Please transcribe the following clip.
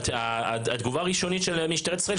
התגובה הראשונית של משטרת ישראל,